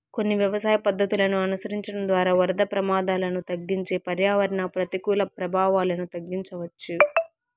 కొన్ని వ్యవసాయ పద్ధతులను అనుసరించడం ద్వారా వరద ప్రమాదాలను తగ్గించి పర్యావరణ ప్రతికూల ప్రభావాలను తగ్గించవచ్చు